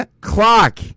clock